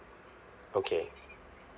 okay